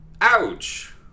Ouch